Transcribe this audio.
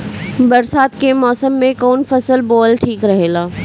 बरसात के मौसम में कउन फसल बोअल ठिक रहेला?